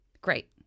great